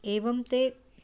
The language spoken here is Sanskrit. एवं ते